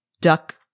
duck